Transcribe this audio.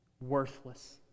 worthless